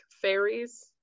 fairies